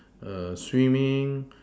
err swimming